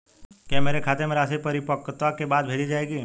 क्या मेरे खाते में राशि परिपक्वता के बाद भेजी जाएगी?